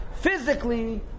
physically